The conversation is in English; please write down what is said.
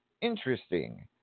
interesting